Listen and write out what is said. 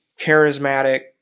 charismatic